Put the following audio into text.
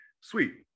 sweet